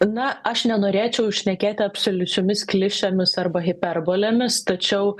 na aš nenorėčiau šnekėti absoliučiomis klišėmis arba hiperbolėmis tačiau